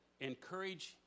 encourage